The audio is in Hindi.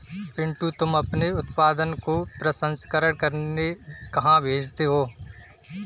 पिंटू तुम अपने उत्पादन को प्रसंस्करण करने कहां भेजते हो?